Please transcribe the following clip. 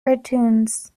cartoons